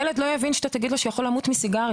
זה כמו שתגיד לו שהוא יכול למות מסיגריות,